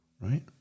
right